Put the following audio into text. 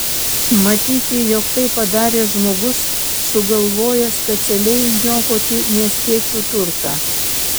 matyti jog tai padarė žmogus sugalvojęs specialiai niokoti miestiečių turtą